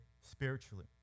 spiritually